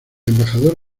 embajador